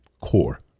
core